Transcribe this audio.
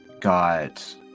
got